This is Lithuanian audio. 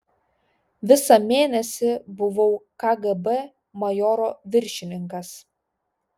visą mėnesį buvau kgb majoro viršininkas